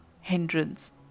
hindrance